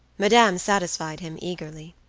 madame satisfied him eagerly.